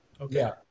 okay